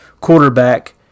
quarterback